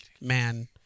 man